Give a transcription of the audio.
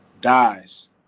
dies